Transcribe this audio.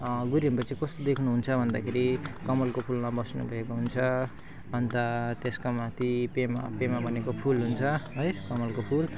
गुरु रिम्पोछे कस्तो देखिनुहुन्छ भन्दाखेरि कमलको फुलमा बस्न दिएको हुन्छ अन्त त्यसका माथि पेमा पेमा भनेको फुल हुन्छ है कमलको फुल